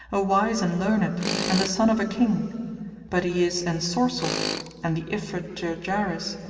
a wise and learned and the son of a king but he is ensorcelled and the ifrit jirjaris,